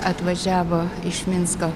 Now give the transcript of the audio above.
atvažiavo iš minsko